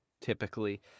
typically